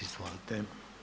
Izvolite.